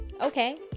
okay